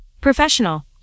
Professional